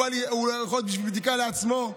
או יכול להיות שלבדיקה לעצמו.